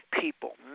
people